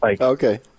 Okay